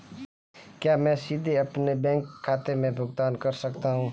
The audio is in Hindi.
क्या मैं सीधे अपने बैंक खाते से भुगतान कर सकता हूं?